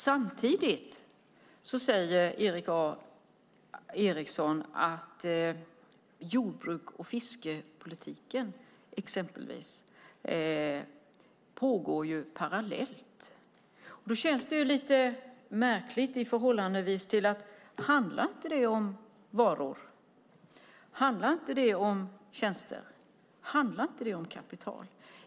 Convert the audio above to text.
Samtidigt säger Erik A Eriksson att förhandlingarna om jordbruks och fiskepolitiken pågår parallellt. Det känns lite märkligt. Handlar det inte om varor? Handlar det inte om tjänster? Handlar det inte om kapital?